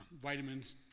vitamins